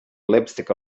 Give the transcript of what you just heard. lipstick